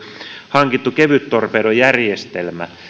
hankittu kevyttorpedojärjestelmä